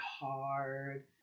hard